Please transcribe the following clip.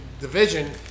division